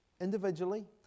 individually